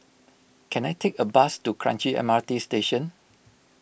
can I take a bus to Kranji M R T Station